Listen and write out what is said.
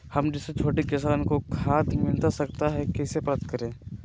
हम जैसे छोटे किसान को खाद मिलता सकता है तो कैसे प्राप्त करें?